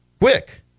Quick